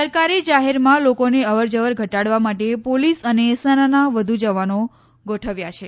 સરકારે જાહેરમાં લોકોની અવર જવર ઘટાડવા માટે પોલીસ અને સેનાના વધુ જવાનો ગોઠવ્યા છે